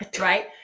right